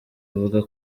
avuga